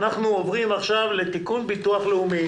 אנחנו עוברים עכשיו לתיקון ביטוח לאומי.